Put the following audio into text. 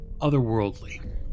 otherworldly